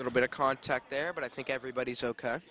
little bit of context there but i think everybody's ok